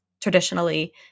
traditionally